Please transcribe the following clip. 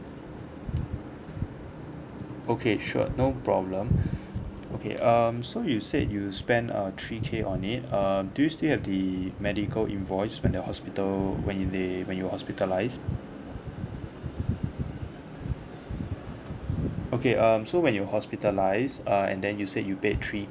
okay sure no problem okay um so you said you spend uh three K on it um do you still have the medical invoice when the hospital when they when you hospitalised okay um so when you're hospitalised err and then you said you pay three